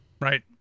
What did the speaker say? right